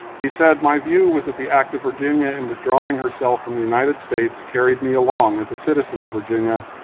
he said, my view was that the act of virginia in withdrawing herself from the united states carried me along as a citizen of virginia,